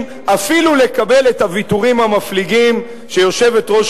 אפילו לקבל את הוויתורים המפליגים שיושבת-ראש